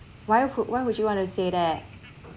why would why would you want to say that